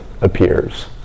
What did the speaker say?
appears